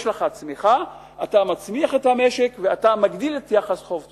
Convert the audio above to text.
יש לך צמיחה אתה מצמיח את המשק ואתה מגדיל את היחס חוב תוצר.